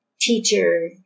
teacher